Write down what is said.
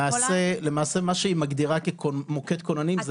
למעשה מה שהיא מגדירה כמוקד כוננים,